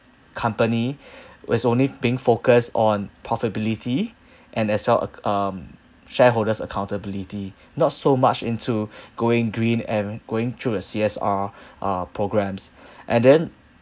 company was only being focused on profitability and as well a~ um shareholders' accountability not so much into going green and going through the C_S_R uh programs and then